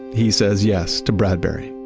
he says yes to bradbury